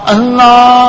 Allah